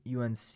UNC